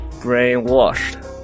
brainwashed